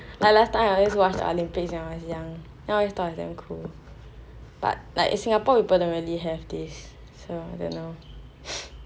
like last time I use to watch the olympics when I was young then I thought it was damn cool but like singapore people don't really have this so I don't know